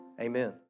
amen